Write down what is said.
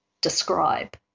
describe